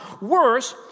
Worse